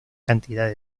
cantidad